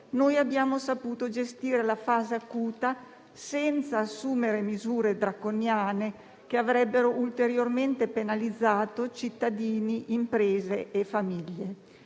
noi abbiamo saputo gestire la fase acuta senza assumere misure draconiane che avrebbero ulteriormente penalizzato cittadini, imprese e famiglie.